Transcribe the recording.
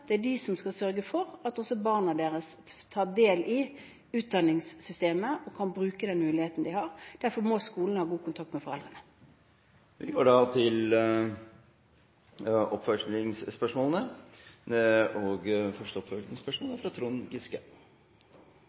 Det er de som skal sørge for at barna deres tar del i utdanningssystemet og kan bruke den muligheten de har. Derfor må skolene ha god kontakt med foreldrene. Det blir oppfølgingsspørsmål – Trond Giske. Vi